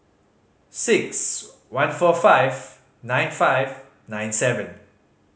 six one four five nine five nine seven